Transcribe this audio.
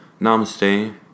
namaste